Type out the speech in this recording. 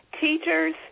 Teachers